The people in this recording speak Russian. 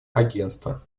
агентства